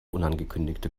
unangekündigte